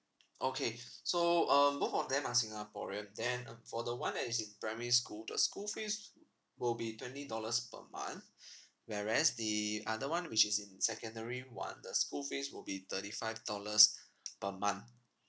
okay so um both of them are singaporean then uh for the one that is primary school the school fees will be twenty dollars per month whereas the other one which is in secondary one the school fees will be thirty five dollars per month